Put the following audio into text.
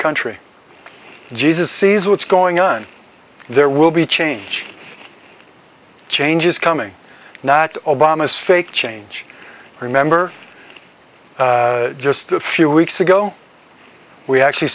country jesus sees what's going on there will be change change is coming not obama's fake change remember just a few weeks ago we actually